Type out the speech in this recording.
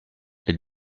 elle